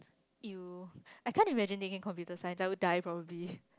(ew) I can't imagine taking computer science I would die probably